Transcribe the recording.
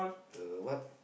the what